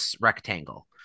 rectangle